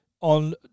on